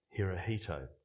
Hirohito